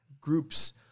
groups